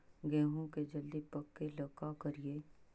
गेहूं के जल्दी पके ल का करियै?